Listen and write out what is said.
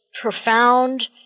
profound